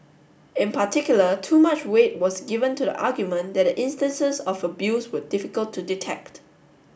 in particular too much weight was given to the argument that the instances of abuse were difficult to detect